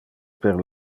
per